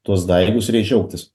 tuos daigus ir jais džiaugtis